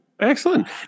Excellent